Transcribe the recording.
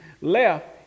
left